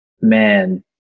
Man